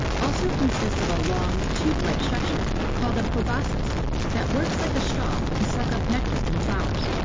also consists of a long, tube-like structure called a proboscis that works like a straw to suck up nectar from flowers.